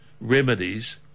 remedies